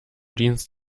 dienst